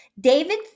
David